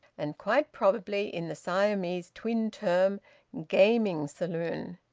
and quite probably in the siamese-twin term gaming-saloon.